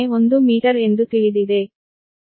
01 metre ಎಂದು ತಿಳಿದಿದೆ